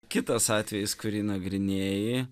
kitas atvejis kurį nagrinėji